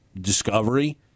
discovery